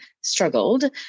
struggled